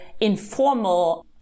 informal